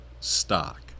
Stock